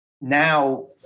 now